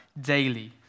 daily